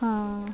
ಹಾಂ